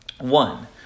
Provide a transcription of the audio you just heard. one